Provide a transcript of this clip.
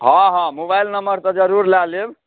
हँ हँ mobile number तऽ जरूर लऽ लेब